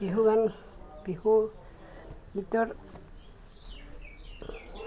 বিহু গান বিহু নৃত্যৰ